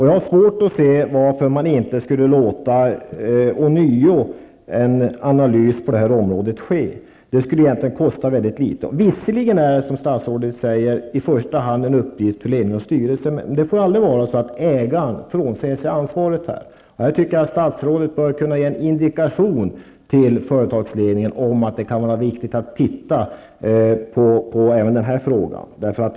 Jag har svårt att se varför man inte skulle låta en ny analys på det här området ske. Det skulle kosta väldigt litet egentligen. Det är visserligen, som statsrådet säger, en uppgift för ledning och styrelse, men det får aldrig vara så att ägaren frånsäger sig ansvaret. Jag tycker att statsrådet här bör ge en indikation till företagsledningen att det kan vara viktigt att titta på detta.